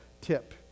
tip